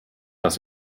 dass